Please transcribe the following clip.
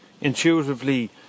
intuitively